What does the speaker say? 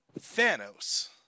Thanos